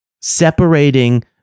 separating